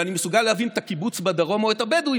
ואני מסוגל להבין את הקיבוץ בדרום או את הבדואים